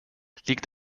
liegt